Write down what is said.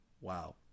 Wow